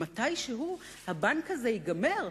מתישהו הבנק הזה ייגמר.